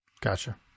Gotcha